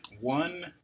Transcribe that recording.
One